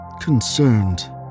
concerned